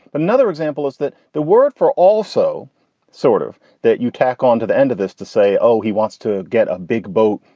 but another example is that the word for also sort of that you tack onto the end of this to say, oh, he wants to get a big boat,